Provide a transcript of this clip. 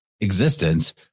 existence